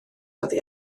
oddi